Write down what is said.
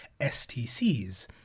STCs